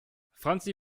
franzi